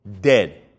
dead